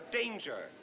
danger